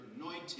anointing